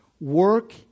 work